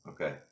Okay